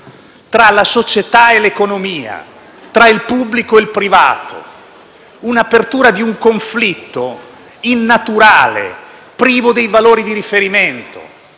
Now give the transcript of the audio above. tra la società e l'economia, tra il pubblico e il privato; un'apertura di un conflitto innaturale, privo dei valori di riferimento,